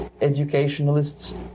educationalists